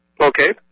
Okay